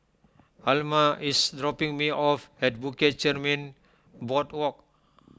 Alma is dropping me off at Bukit Chermin Boardwalk